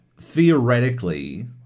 theoretically